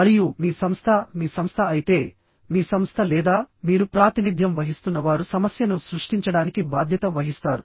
మరియు మీ సంస్థ మీ సంస్థ అయితే మీ సంస్థ లేదా మీరు ప్రాతినిధ్యం వహిస్తున్న వారు సమస్యను సృష్టించడానికి బాధ్యత వహిస్తారు